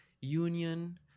union